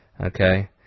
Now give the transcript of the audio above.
Okay